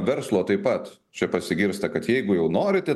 verslo taip pat čia pasigirsta kad jeigu jau norite